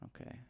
Okay